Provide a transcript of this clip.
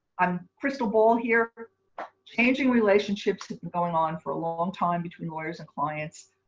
i'm crystal ball here changing relationships have been going on for a long time between lawyers and clients,